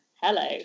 hello